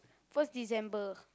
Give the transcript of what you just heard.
first December